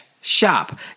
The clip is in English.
shop